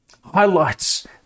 highlights